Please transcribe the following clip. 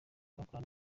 gukora